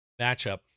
matchup